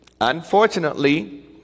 unfortunately